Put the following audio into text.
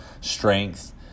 strength